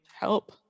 help